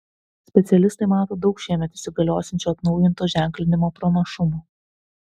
specialistai mato daug šiemet įsigaliosiančio atnaujinto ženklinimo pranašumų